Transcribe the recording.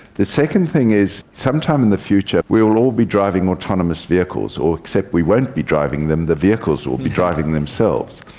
the second thing is some time in the future we will all be driving autonomous vehicles, or except we won't be driving them, the vehicles will be driving themselves.